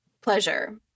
pleasure